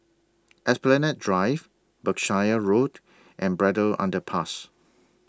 Esplanade Drive Berkshire Road and Braddell Underpass